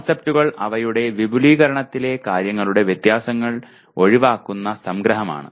കോൺസെപ്റ്റുകൾ അവയുടെ വിപുലീകരണത്തിലെ കാര്യങ്ങളുടെ വ്യത്യാസങ്ങൾ ഒഴിവാക്കുന്ന സംഗ്രഹമാണ്